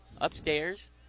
upstairs